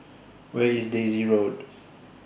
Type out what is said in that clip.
Where IS Daisy Road